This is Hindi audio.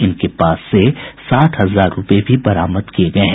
इनके पास से साठ हजार रूपये भी बरामद किये गये हैं